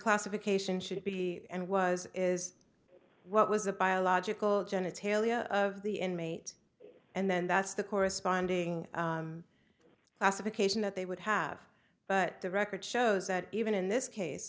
classification should be and was is what was the biological genitalia of the inmate and then that's the corresponding classification that they would have but the record shows that even in this case